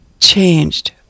changed